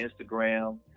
Instagram